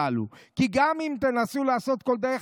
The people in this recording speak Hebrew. כי גם אם תנסו לעשות זאת בכל דרך,